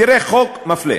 תראה חוק מפלה.